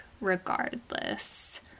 regardless